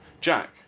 Jack